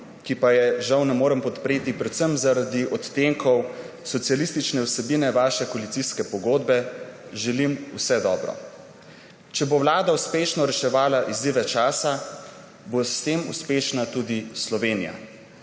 ki je žal ne morem podpreti predvsem zaradi odtenkov socialistične vsebine vaše koalicijske pogodbe, želim vse dobro. Če bo Vlada uspešno reševala izzive časa, bo s tem uspešna tudi Slovenija.